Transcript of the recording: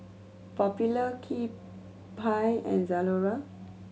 Popular Kewpie and Zalora